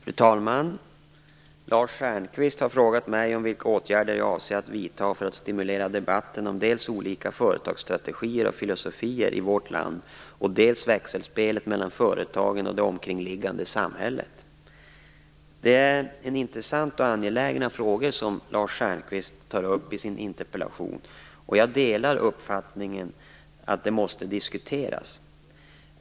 Fru talman! Lars Stjernkvist har frågat mig vilka åtgärder jag avser att vidta för att stimulera debatten om dels olika företagsstrategier och filosofier i vårt land, dels växelspelet mellan företagen och det omkringliggande samhället. Det är intressanta och angelägna frågor som Lars Stjernkvist tar upp i sin interpellation, och jag delar uppfattningen att de måste diskuteras.